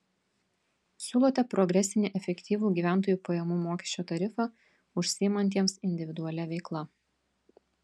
siūlote progresinį efektyvų gyventojų pajamų mokesčio tarifą užsiimantiems individualia veikla